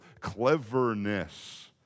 cleverness